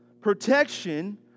protection